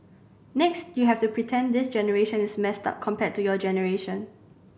next you have to pretend this generation is messed up compared to your generation